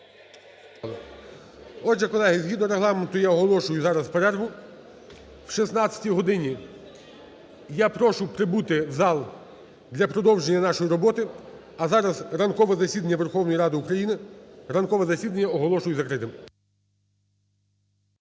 Отже, колеги, згідно Регламенту, я оголошую зараз перерву. О 16 годині я прошу прибути в зал для продовження нашої роботи. А зараз ранкове засідання Верховної Ради України... ранкове засідання оголошую закритим.